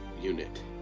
unit